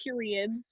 periods